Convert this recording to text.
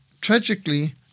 Tragically